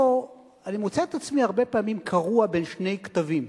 אני מוצא את עצמי הרבה פעמים קרוע בין שני קטבים,